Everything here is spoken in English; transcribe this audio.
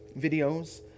videos